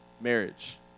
marriage